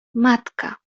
matka